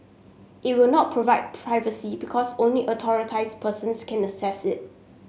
it will not private privacy because only authorised persons can access it